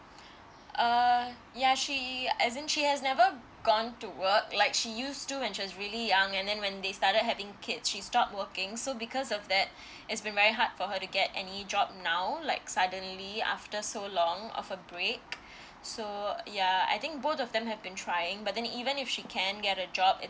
uh ya she as in she has never gone to work like she use to when she was really young and then when they started having kids she stop working so because of that it's been very hard for her to get any job now like suddenly after so long of a break so ya I think both of them have been trying but then even if she can get a job